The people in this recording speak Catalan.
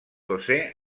josé